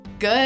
Good